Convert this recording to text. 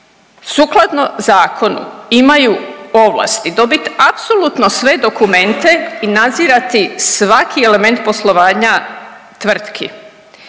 sukladno zakonu imaju ovlasti dobiti apsolutno sve dokumente i nadzirati svaki element poslovanja tvrtki,